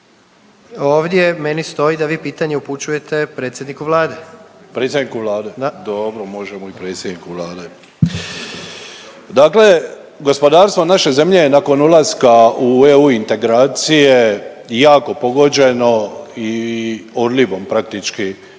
Ovdje meni stoji da vi pitanje upućujete predsjedniku Vlade./… Predsjedniku Vlade? …/Upadica predsjednik: Da./… Dobro, možemo i predsjedniku Vlade. Dakle, gospodarstvo naše zemlje je nakon ulaska u EU integracije jako pogođeno i odlivom praktički